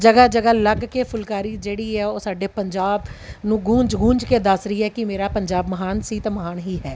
ਜਗ੍ਹਾ ਜਗ੍ਹਾ ਲੱਗ ਕੇ ਫੁਲਕਾਰੀ ਜਿਹੜੀ ਹੈ ਉਹ ਸਾਡੇ ਪੰਜਾਬ ਨੂੰ ਗੂੰਜ ਗੂੰਜ ਕੇ ਦੱਸ ਰਹੀ ਹੈ ਕਿ ਮੇਰਾ ਪੰਜਾਬ ਮਹਾਨ ਸੀ ਅਤੇ ਮਹਾਨ ਹੀ ਹੈ